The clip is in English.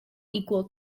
equal